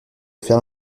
faire